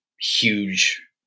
huge